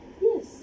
Yes